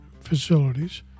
facilities